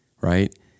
Right